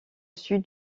sud